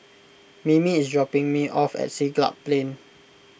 Mimi is dropping me off at Siglap Plain